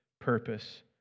purpose